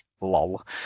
Lol